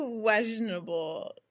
Questionable